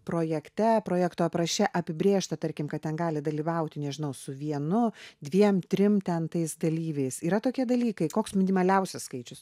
projekte projekto apraše apibrėžta tarkim kad ten gali dalyvauti nežinau su vienu dviem trim ten tais dalyviais yra tokie dalykai koks minimaliausias skaičius